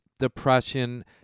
depression